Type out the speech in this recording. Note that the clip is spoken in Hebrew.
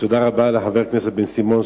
תודה רבה לחבר הכנסת בן-סימון,